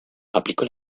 aplicó